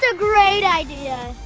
so great idea!